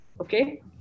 okay